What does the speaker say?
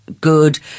good